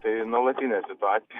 tai nuolatinė situacija